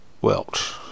Welch